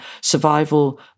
survival